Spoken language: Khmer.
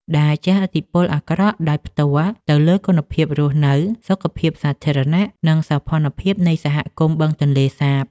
ដែលជះឥទ្ធិពលអាក្រក់ដោយផ្ទាល់ទៅលើគុណភាពរស់នៅ សុខភាពសាធារណៈ និងសោភណភាពនៃសហគមន៍បឹងទន្លេសាប។